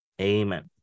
Amen